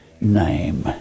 name